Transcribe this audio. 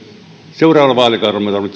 seuraavalla vaalikaudella